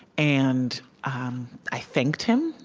and i thanked him,